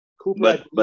Cooper